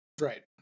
Right